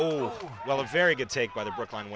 a very good take by the brooklyn